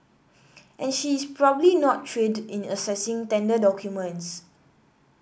and she is probably not trained in assessing tender documents